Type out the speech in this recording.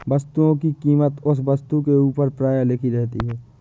वस्तुओं की कीमत उस वस्तु के ऊपर प्रायः लिखी रहती है